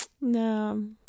No